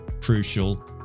crucial